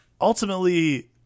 ultimately